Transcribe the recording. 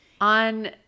On